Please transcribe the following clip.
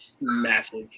massive